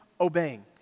obeying